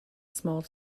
small